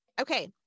Okay